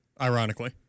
ironically